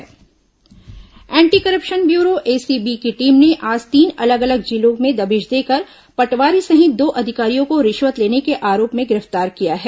ACB कार्रवाई anti corruption bureau ACB की team ने आज तीन अलग अलग जिलो में दबिश देकर पटवारी सहित दो अधिकारियों को रिश्वत लेने के आरोप में गिरफ्तार किया है